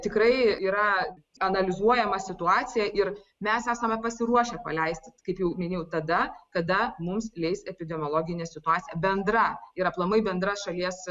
tikrai yra analizuojama situacija ir mes esame pasiruošę paleisti kaip jau minėjau tada kada mums leis epidemiologinė situacija bendra ir aplamai bendra šalies